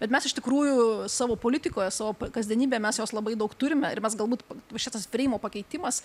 bet mes iš tikrųjų savo politikoje savo kasdienybėje mes jos labai daug turime ir mes galbūt šitas freimo pakeitimas